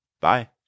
Bye